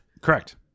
correct